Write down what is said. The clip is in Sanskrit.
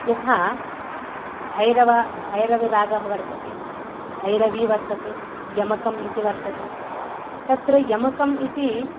यथा भैरव भैरविरागः वर्तते भैरवी वर्तते यमकम् इति वर्तते तत्र यमकम् इति